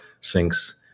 sinks